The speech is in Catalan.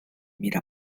mira